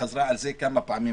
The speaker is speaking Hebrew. חזרו על זה כבר כמה פעמים.